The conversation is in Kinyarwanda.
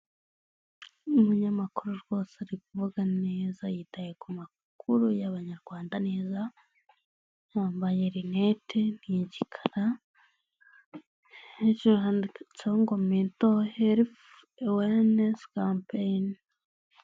Umunyamakuru rwose yri kuvuga neza yitaye ku makuru y'abanyarwanda neza, yambaye rinete ni igika hajuru handitseho ngo meto helifu, ewayanesi campeyini.